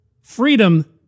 freedom